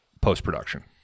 post-production